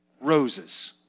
Roses